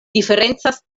diferencas